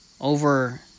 over